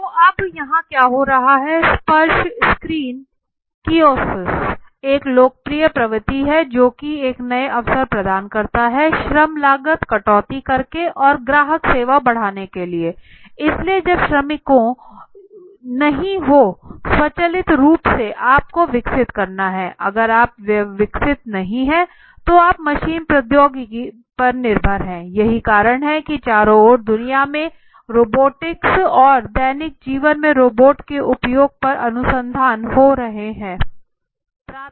तो अब यहां क्या हो रहा है स्पर्श स्क्रीन कियोस्क एक लोकप्रिय प्रवृत्ति है जोकि एक नया अवसर प्रदान करता है श्रम लागत कटौती करके और ग्राहक सेवा बढ़ाने के लिए इसलिए जब श्रमिकों नहीं हो स्वचालित रूप से आप को विकसित करना है अगर आप विकसित नहीं हैं तो आप मशीन प्रौद्योगिकी पर निर्भर है यही कारण है कि चारों ओर दुनिया में रोबोटिक्स और दैनिक जीवन में रोबोट के उपयोग पर अनुसंधान हो रहे है